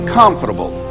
comfortable